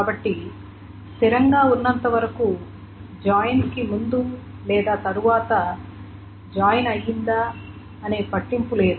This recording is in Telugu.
కాబట్టి సరిగ్గా స్థిరంగా ఉన్నంతవరకు జాయిన్ కి ముందు లేదా తరువాత జాయిన్ అయిందా అనే పట్టింపు లేదు